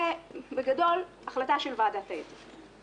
זה בגדול, החלטה של ועדת האתיקה